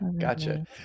gotcha